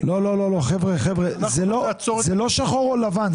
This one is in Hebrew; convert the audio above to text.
חבר'ה, זה לא שחור או לבן.